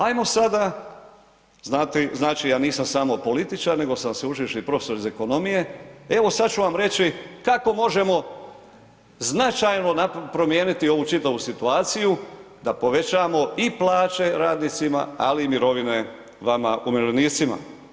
Ajmo sada, znači ja nisam samo političar, nego sam sveučilišni profesor iz ekonomije, evo sad ću vam reći kako možemo značajno promijeniti ovu čitavu situaciju da povećamo i plaće radnicima, ali i mirovine vama umirovljenicima.